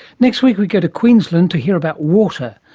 next week we go to queensland to hear about water.